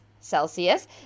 Celsius